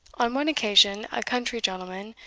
on one occasion, a country gentleman,